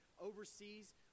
Overseas